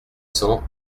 cents